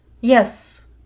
Yes